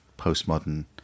postmodern